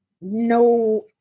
no